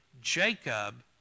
Jacob